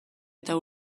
eta